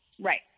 Right